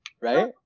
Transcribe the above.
right